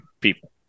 people